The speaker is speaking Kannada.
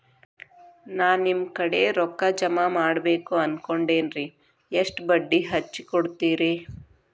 ನಾ ನಿಮ್ಮ ಕಡೆ ರೊಕ್ಕ ಜಮಾ ಮಾಡಬೇಕು ಅನ್ಕೊಂಡೆನ್ರಿ, ಎಷ್ಟು ಬಡ್ಡಿ ಹಚ್ಚಿಕೊಡುತ್ತೇರಿ?